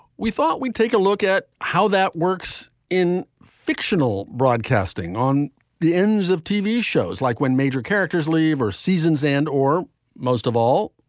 we thought we'd take a look at how that works in fictional broadcasting on the ends of tv shows like when major characters leave or seasons end or most of all,